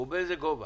ובאיזה גובה?